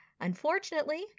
Unfortunately